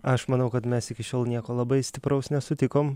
aš manau kad mes iki šiol nieko labai stipraus nesutikom